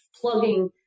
Plugging